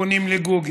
פונים לגוגל.